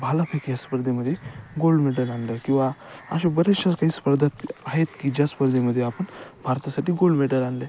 भालाफेक या स्पर्धेमध्ये गोल्ड मेडल आणलं किंवा अशा बऱ्याचशा काही स्पर्धात आहेत की ज्या स्पर्धेमध्ये आपण भारतासाठी गोल्ड मेडल आणले